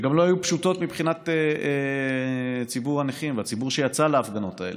שלא היו פשוטות מבחינת ציבור הנכים והציבור שיצא להפגנות האלה,